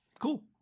cool